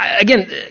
Again